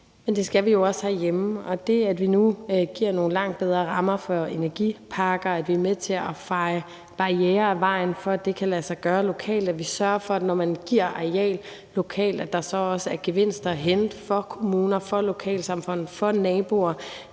Men det skal vi jo også herhjemme. Og det, at vi nu giver nogle langt bedre rammer for energipakker, og at vi er med til at fjerne barrierer for, at det kan lade sig gøre lokalt, og det, at vi sørger for, at når man giver et areal lokalt, så er der også gevinster at hente for kommuner, for lokalsamfund og for naboer,